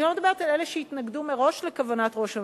אני לא מדברת על אלה שהתנגדו מראש לכוונת ראש הממשלה,